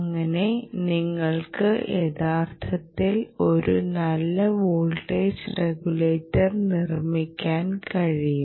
അങ്ങനെ നിങ്ങൾക്ക് യഥാർത്ഥത്തിൽ ഒരു നല്ല വോൾട്ടേജ് റെഗുലേറ്റർ നിർമ്മിക്കാൻ കഴിയും